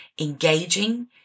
engaging